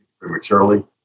prematurely